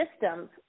systems